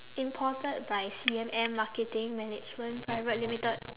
imported by C_M_M marketing management private limited